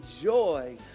joy